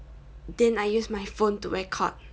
then I use my phone to record